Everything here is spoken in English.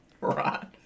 Right